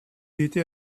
était